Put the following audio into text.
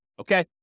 Okay